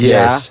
Yes